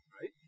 right